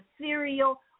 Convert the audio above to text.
cereal